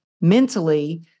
mentally